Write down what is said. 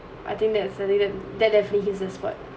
I think that's I did it that definitely hit the spot